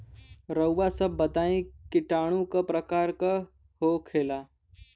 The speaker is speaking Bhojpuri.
रउआ सभ बताई किटाणु क प्रकार के होखेला?